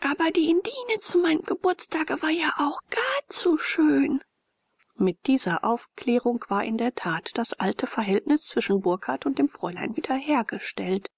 aber die indienne zu meinem geburtstage war auch gar zu schön mit dieser aufklärung war in der tat das alte verhältnis zwischen burkhardt und dem fräulein wieder hergestellt